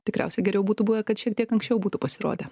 tikriausiai geriau būtų buvę kad šiek tiek anksčiau būtų pasirodę